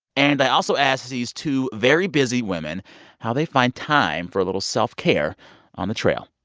and i also ask these two very busy women how they find time for a little self-care on the trail.